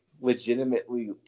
legitimately